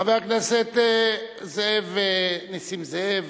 חבר הכנסת נסים זאב,